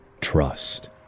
trust